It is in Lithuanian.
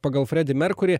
pagal fredį merkurį